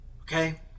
Okay